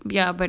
ya but